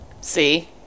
See